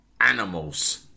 animals